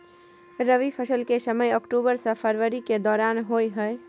रबी फसल के समय अक्टूबर से फरवरी के दौरान होय हय